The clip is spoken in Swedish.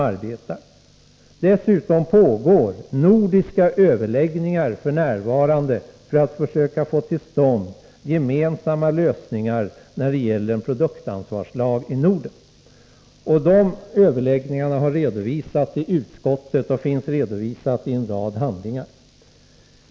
Vidare pågår nordiska överläggningar f. n. för att försöka få till stånd gemensamma lösningar när det gäller produktansvarslag i Norden. De överläggningarna har redovisats i utskottsbetänkandet och i en rad andra handlingar.